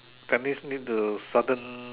that means need to sudden